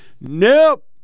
Nope